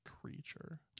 creature